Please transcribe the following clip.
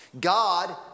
God